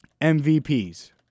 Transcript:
MVPs